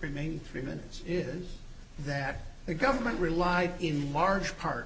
remaining three minutes is that the government relied in large part